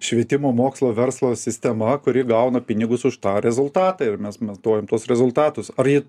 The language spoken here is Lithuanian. švietimo mokslo verslo sistema kuri gauna pinigus už tą rezultatą ir mes matuojam tuos rezultatus ar ji